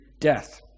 death